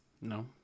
No